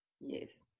yes